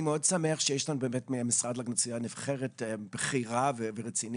אני מאוד שמח שיש לנו מהמשרד להגנת הסביבה נבחרת בכירה ורצינית,